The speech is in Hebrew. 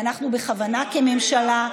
ואנחנו בכוונה כממשלה,